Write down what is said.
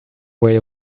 way